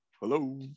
Hello